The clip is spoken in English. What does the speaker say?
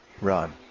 run